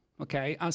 okay